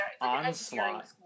onslaught